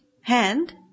hand